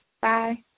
Bye